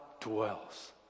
dwells